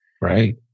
right